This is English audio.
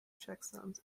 checksums